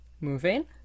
moving